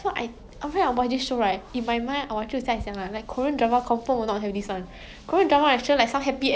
I actually I want like I don't know if I'm 太贪心了 but 我要 like 两个 you know in the sense that